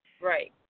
Right